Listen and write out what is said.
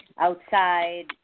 outside